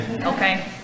okay